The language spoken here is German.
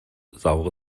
saure